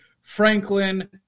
Franklin